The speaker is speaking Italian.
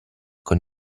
con